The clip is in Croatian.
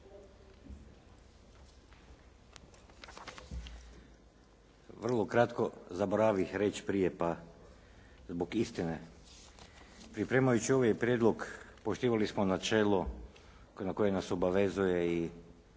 Vrlo kratko. Zaboravih reći prije pa zbog istine. Pripremajući ovaj prijedlog poštivali smo načelo koje nas obavezuje i